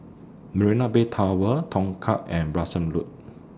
Marina Bay Tower Tongkang and Branksome Road